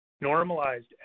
Normalized